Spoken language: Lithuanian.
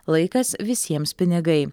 laikas visiems pinigai